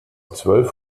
zwölf